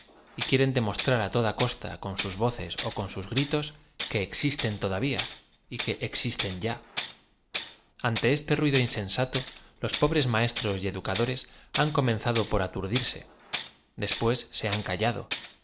y quieren demostrar á toda costa coa sus voces ó coa sus gritos que éxistén lodavia y que existen ya ante este raido insensato los pobres maestros y educadores han comenzado por aturdirse después se han callado